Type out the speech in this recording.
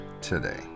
today